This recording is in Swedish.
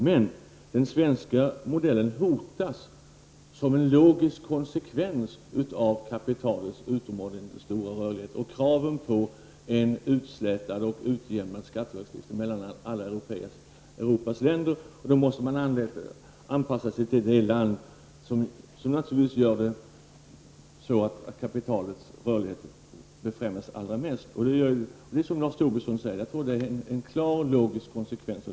Men den svenska modellen hotas som en logisk konsekvens av kapitalets utomordentligt stora rörlighet och kraven på en utslätad och utjämnad skattelagstiftning mellan alla Europas länder. Då måste man naturligtvis anpassa sig till det land som befrämjar kapitalets rörlighet allra mest. Det är, som Lars Tobisson säger, en klar och logisk konsekvens.